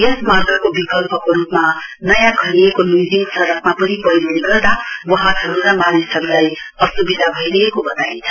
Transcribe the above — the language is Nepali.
यस मार्गको विकल्पको रुपमा नयाँ खनिएको लुइजिङ सड़कमा पनि पैह्रोले गर्दा वाहनहरु र मानिसहरुलाई अस्विधा भईरहेको वताइन्छ